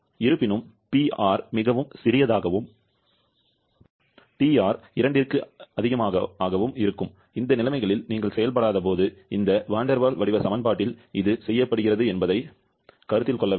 இருப்பினும் PR மிகவும் சிறியதாகவும் TR 2 ஆகவும் இருக்கும் இந்த நிலைமைகளில் நீங்கள் செயல்படாதபோது இந்த வான் டெர் வால் வடிவ சமன்பாட்டில் இது செய்யப்படுகிறது என்பதை அவர்கள் கருத்தில் கொள்ள வேண்டும்